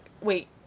wait